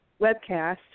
webcast